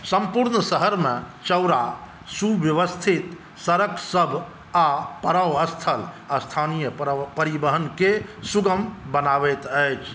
सम्पूर्ण शहरमे चौड़ा सुव्यवस्थित सड़कसभ आ पड़ाव स्थल स्थानीय परिवहनके सुगम बनाबैत अछि